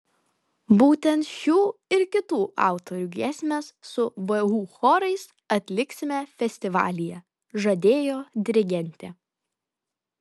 būtent šių ir kitų autorių giesmes su vu chorais atliksime festivalyje žadėjo dirigentė